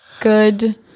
good